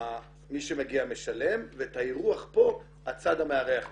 מי שמגיע משלם ואת האירוח פה הצד המארח משלם,